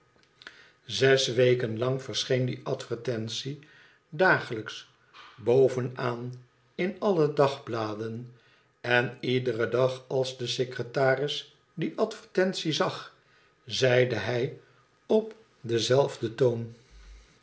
zes weken lang verscheen die advertentie dagelijks bovenaan in alle dagbladen en iederen dag als de secretaris die advertentie zag zeide hij op dcnzelfden toon